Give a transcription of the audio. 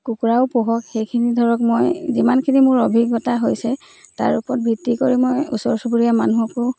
কুকুৰাও পোহক সেইখিনি ধৰক মই যিমানখিনি মোৰ অভিজ্ঞতা হৈছে তাৰ ওপৰত ভিত্তি কৰি মই ওচৰ চুবুৰীয়া মানুহকো